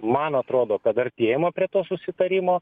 man atrodo kad artėjama prie to susitarimo